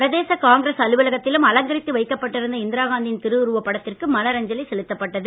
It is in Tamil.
பிரதேச காங்கிரஸ் அலுவலகத்திலும் அலங்கரித்து வைக்கப்பட்டிருந்த இந்திராகாந்தியின் திருவுருவப் படத்திற்கு மலரஞ்சலி செலுத்தப்பட்டது